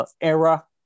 era